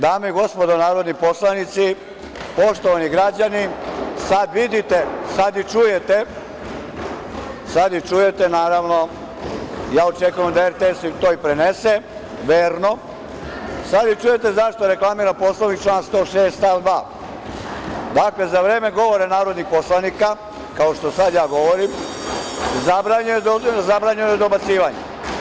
Dame i gospodo narodni poslanici, poštovani građani, sada vidite, sada i čujete naravno, ja očekujem da RTS to i prenese verno, sada i čujete zašto reklamiram Poslovnik član 106. stav 2. Dakle, za vreme govora narodnih poslanika, kao što sada ja govorim, zabranjeno je dobacivanje.